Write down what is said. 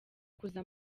kuza